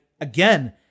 Again